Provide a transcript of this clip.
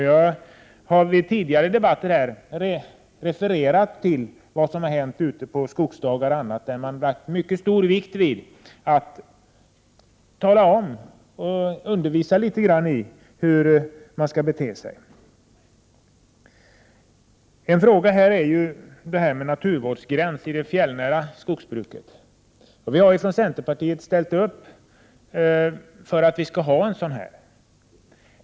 Jag har vid tidigare debatter refererat till vad som har hänt ute på bl.a. skogsdagar, där man har lagt stor vikt vid att tala om och undervisa i hur man skall bete sig. En fråga i detta sammanhang gäller en naturvårdsgräns för skogsbruket i de fjällnära områdena. Vi har från centerpartiet ställt upp för en sådan gräns.